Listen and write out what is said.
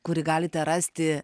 kurį galite rasti